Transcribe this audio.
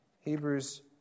Hebrews